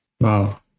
Wow